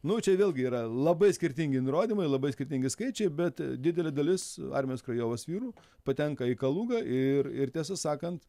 nu čia vėlgi yra labai skirtingi nurodymai labai skirtingi skaičiai bet didelė dalis armijos krajovos vyrų patenka į kalugą ir ir tiesą sakant